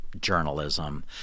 journalism